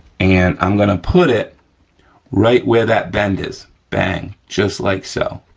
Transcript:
and i'm gonna put it right where that bend is. bang, just like so,